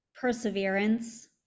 Perseverance